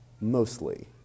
mostly